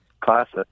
classic